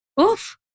Oof